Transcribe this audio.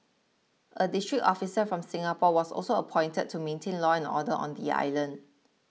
a district officer from Singapore was also appointed to maintain law and order on the island